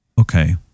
okay